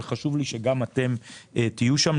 אבל חשוב לי שגם אתם תהיו שם.